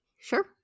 Sure